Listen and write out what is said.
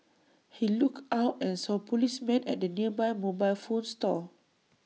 he looked out and saw policemen at the nearby mobile phone store